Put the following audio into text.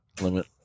limit